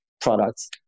products